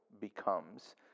becomes